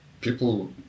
people